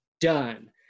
done